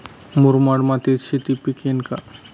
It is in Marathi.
मुरमाड मातीत शेती पिकेल का?